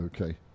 Okay